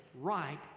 right